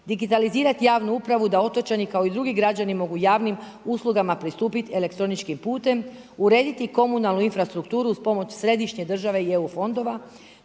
digitalizirat javnu upravu da otočani kao i drugi građani mogu javnim uslugama pristupiti elektroničkim putem, urediti komunalnu infrastrukturu uz pomoć središnje države i EU fondova,